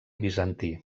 bizantí